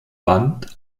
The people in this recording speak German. band